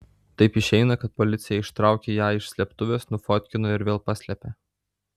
taip išeina kad policija ištraukė ją iš slėptuvės nufotkino ir vėl paslėpė